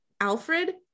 Alfred